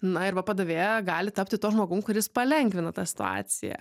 na ir va padavėja gali tapti tuo žmogum kuris palengvina tą situaciją